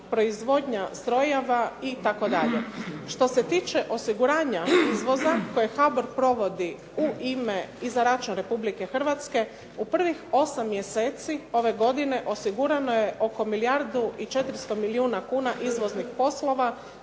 proizvodnja strojeva itd. Što se tiče osiguranja izvoza koje HBOR provodi u ime i za račun Republike Hrvatske u prvih 8 mjeseci ove godine osigurano je oko milijardu i 400 milijuna kuna izvoznih poslova